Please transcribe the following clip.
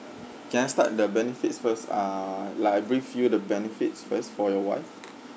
can I start the benefits first ah like I brief you the benefits first for your wife